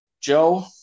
Joe